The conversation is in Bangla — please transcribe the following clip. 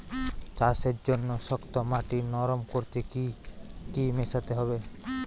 চাষের জন্য শক্ত মাটি নরম করতে কি কি মেশাতে হবে?